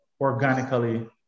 organically